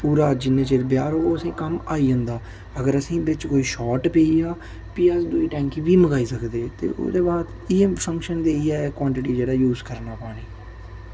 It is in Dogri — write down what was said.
पूरा जिन्ना चिर ब्याह् रौह्ग ओह् असेंगी कम्म आई जंदा अगर असेंगी इं'दे च कोई शाट पेई गेआ फ्ही अस दुई टैंकी बी मंगाई सकदे ते ओह्दे बाद इ'यै फंक्शन दे इ'यै क्वांटिटी जेह्ड़ा यूज करना पानी